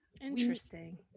interesting